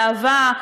באהבה,